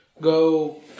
Go